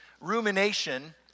rumination